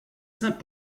saint